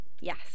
Yes